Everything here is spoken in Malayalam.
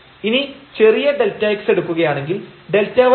ഇനി ചെറിയ Δx എടുക്കുകയാണെങ്കിൽ Δy നമുക്ക് 0